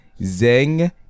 zeng